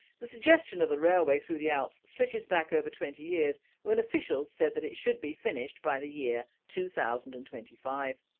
the suggestion of the railway through the alps stretches back over twenty years when officials said that it should be finished by the year two thousand and twenty five.